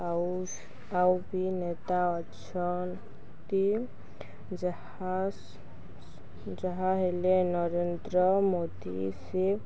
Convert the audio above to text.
ଆଉ ଆଉ ବି ନେତା ଅଛନ୍ତି ଯାହା ଯାହା ହେଲେ ନରେନ୍ଦ୍ର ମୋଦୀ ସେ